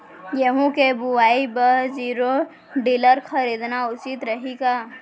गेहूँ के बुवाई बर जीरो टिलर खरीदना उचित रही का?